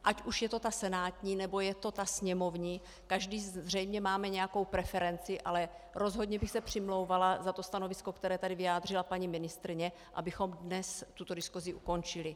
Ať už je to senátní, nebo sněmovní, každý zřejmě máme nějakou preferenci, ale rozhodně bych se přimlouvala za stanovisko, které tady vyjádřila paní ministryně, abychom dnes tuto diskusi ukončili.